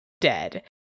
dead